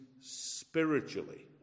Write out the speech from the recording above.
spiritually